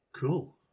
cool